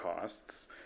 costs